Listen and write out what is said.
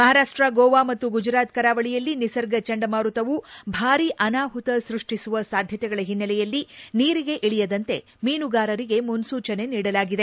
ಮಹಾರಾಷ್ಟ ಗೋವಾ ಮತ್ತು ಗುಜರಾತ್ ಕರಾವಳಿಯಲ್ಲಿ ನಿಸರ್ಗ ಚಂಡಮಾರುತವು ಭಾರಿ ಅನಾಹುತಾ ಸೃಷ್ಟಿಸುವ ಸಾಧ್ಯತೆಗಳ ಹಿನ್ನೆಲೆಯಲ್ಲಿ ನೀರಿಗೆ ಇಳಿಯದಂತೆ ಮೀನುಗಾರರಿಗೆ ಮುನ್ನೂಚನೆ ನೀಡಲಾಗಿದೆ